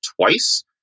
twice